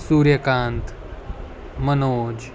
Suryakant Manoj